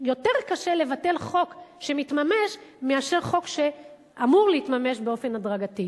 יותר קשה לבטל חוק שמתממש מאשר חוק שאמור להתממש באופן הדרגתי.